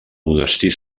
monestir